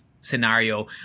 scenario